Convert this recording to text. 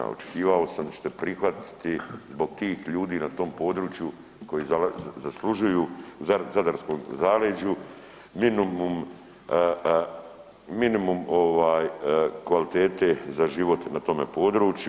Očekivao sam da ćete prihvatiti zbog tih ljudi na tom području koji zaslužuju u Zadarskom zaleđu minimum kvalitete za život na tome području.